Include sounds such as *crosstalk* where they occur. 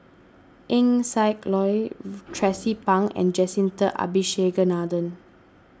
Eng Siak Loy *unintelligible* Tracie Pang and Jacintha Abisheganaden